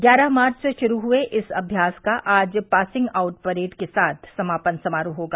ग्यारह मार्व से शुरू हुये इस अभ्यास का आज पासिंग आउट के साथ समापन समारोह होगा